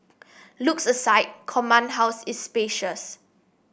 looks aside Command House is spacious